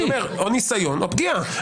אני אומר: או ניסיון או פגיעה.